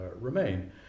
remain